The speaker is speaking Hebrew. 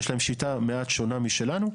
יש להם שיטה מעט שונה משלנו.